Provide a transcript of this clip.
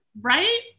right